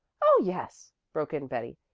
oh yes, broke in betty.